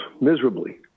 miserably